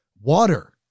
water